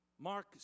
Mark